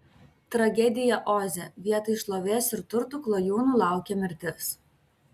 tragedija oze vietoj šlovės ir turtų klajūnų laukė mirtis